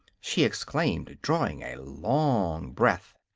she exclaimed, drawing a long breath.